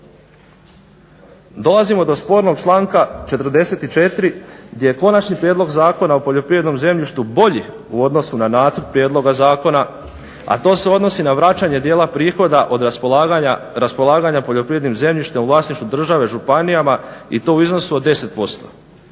Dolazimo do spornog članka 44. gdje je Konačni prijedlog zakona o poljoprivrednom zemljištu bolji u odnosu na nacrt prijedloga zakona, a to se odnosi na vraćanje dijela prihoda od raspolaganja poljoprivrednim zemljištem u vlasništvu države, županijama i to u iznosu od 10%.